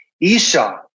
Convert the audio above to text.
Esau